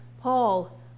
Paul